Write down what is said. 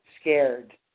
scared